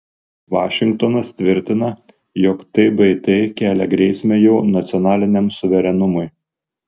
vašingtonas tvirtina jog tbt kelia grėsmę jo nacionaliniam suverenumui